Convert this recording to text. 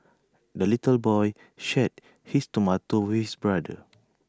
the little boy shared his tomato with brother